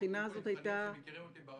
הבחינה הזאת הייתה --- אנשים מכירים אותי,